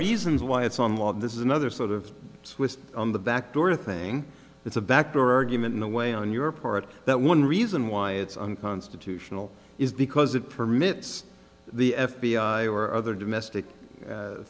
reasons why it's on law and this is another sort of twist on the back door thing it's a back door argument in a way on your part that one reason why it's unconstitutional is because it permits the f b i or other domestic